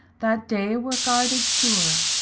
that day were guarded sure.